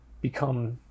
become